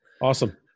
Awesome